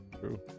true